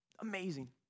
amazing